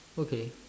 okay